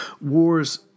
Wars